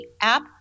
app